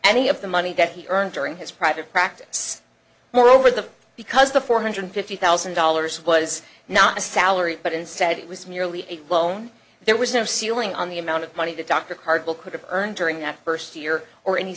any of the money that he earned during his private practice moreover the because the four hundred fifty thousand dollars was not a salary but instead it was merely a loan there was no ceiling on the amount of money that dr cardwell could have earned during that first year or